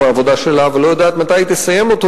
העבודה שלה אבל לא יודעת מתי היא תסיים אותו,